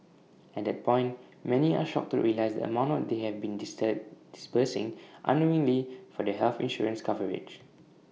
at that point many are shocked to realise the amount they have been disbursing unknowingly for their health insurance coverage